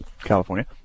California